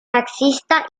taxista